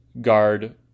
guard